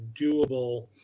doable